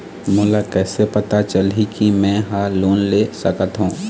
मोला कइसे पता चलही कि मैं ह लोन ले सकथों?